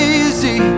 easy